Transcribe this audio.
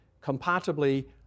compatibly